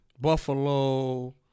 Buffalo